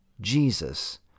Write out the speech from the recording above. Jesus